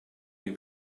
may